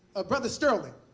ah brother sterling